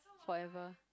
forever